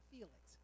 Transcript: Felix